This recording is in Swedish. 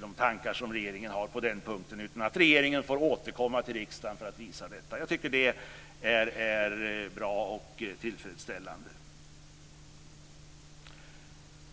de tankar som regeringen har på den punkten. Regeringen får återkomma till riksdagen för att visa detta. Jag tycker att det är bra och tillfredsställande.